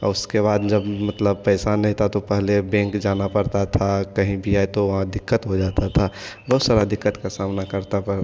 ओ उसके बाद जब मतलब पैसा नहीं था तो पहले बैंक जाना पड़ता था कहीं भी आए तो वहां दिक्कत हो जाता था बहुत सारा दिक्कत का सामना करता